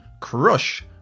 Crush